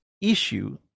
issue